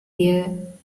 there